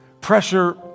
pressure